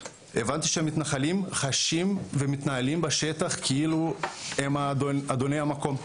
הבנתי שהמתנחלים חשים ומתנהלים בשטח כאילו הם אדוני המקום,